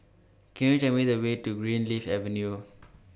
Can YOU Tell Me The Way to Greenleaf Avenue